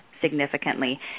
significantly